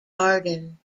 garden